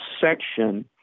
section